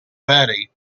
betty